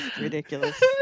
Ridiculous